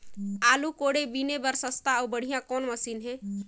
आलू कोड़े बीने बर सस्ता अउ बढ़िया कौन मशीन हे?